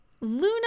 luna